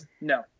No